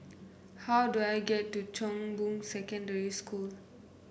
how do I get to Chong Boon Secondary School